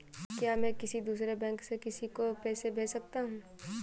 क्या मैं किसी दूसरे बैंक से किसी को पैसे भेज सकता हूँ?